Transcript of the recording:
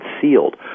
sealed